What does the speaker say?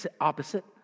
opposite